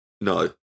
No